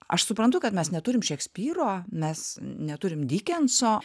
aš suprantu kad mes neturim šekspyro mes neturim dikenso